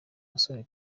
musore